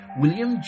William